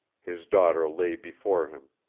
his daughter lay before him,